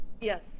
Yes